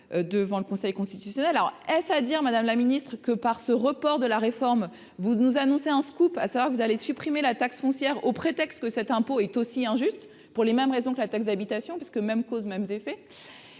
devant le Conseil constitutionnel alors est-ce à dire Madame la Ministre, que par ce report de la réforme, vous nous annoncer un scoop, à savoir que vous allez supprimer la taxe foncière, au prétexte que cet impôt est aussi injuste pour les mêmes raisons que la taxe d'habitation parce que, même cause, mêmes effets,